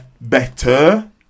better